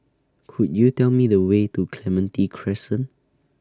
Could YOU Tell Me The Way to Clementi Crescent